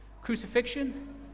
crucifixion